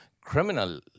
criminal